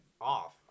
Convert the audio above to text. off